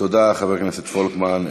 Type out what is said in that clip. תודה, חבר הכנסת פולקמן.